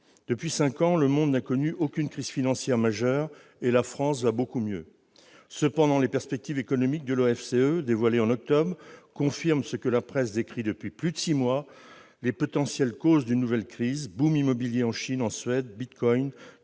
Depuis cinq ans, le monde n'a connu aucune crise financière majeure, et la France va beaucoup mieux. Toutefois, les perspectives économiques de l'OFCE, dévoilées en octobre dernier, confirment ce que la presse décrit depuis plus de six mois, à savoir les potentielles causes d'une nouvelle crise : boom immobilier en Chine et en Suède, bitcoin,